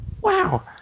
wow